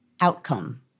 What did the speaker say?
outcome